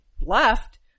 left